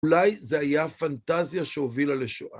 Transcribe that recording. אולי זה היה פנטזיה שהובילה לשואה.